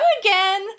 again